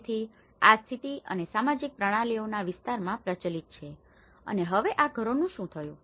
તેથી આ સ્થિતિ અને સામાજિક પ્રણાલીઓ આ વિસ્તારોમાં પ્રચલિત છે અને હવે આ ઘરોનું શું થયું